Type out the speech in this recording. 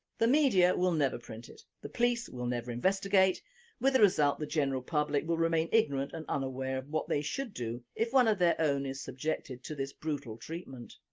the media will never print it, the police will never investigate with the result the general public will remain ignorant and unaware of what they should do if one of their own is subjected to this brutal treatment.